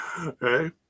Okay